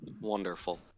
Wonderful